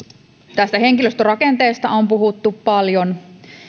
tästä henkilöstörakenteesta on puhuttu paljon